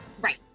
Right